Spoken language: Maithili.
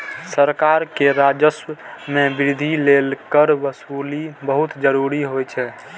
सरकार के राजस्व मे वृद्धि लेल कर वसूली बहुत जरूरी होइ छै